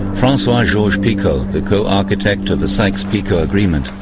francois georges-picot, the co-architect of the sykes-picot agreement,